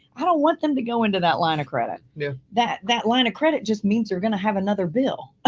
i don't want them to go into that line of credit. yeah that that line of credit just means they're going to have another bill.